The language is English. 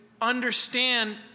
understand